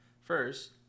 First